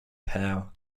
pow